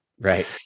Right